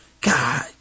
God